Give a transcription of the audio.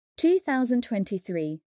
2023